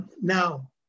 Now